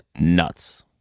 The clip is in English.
nuts